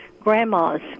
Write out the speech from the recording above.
grandma's